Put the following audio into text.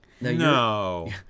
No